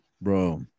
Bro